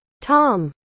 Tom